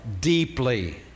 deeply